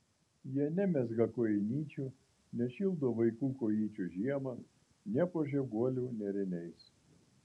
jie nemezga kojinyčių nešildo vaikų kojyčių žiemą nepuošia guolio nėriniais